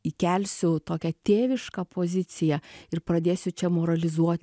įkelsiu tokią tėvišką poziciją ir pradėsiu čia moralizuot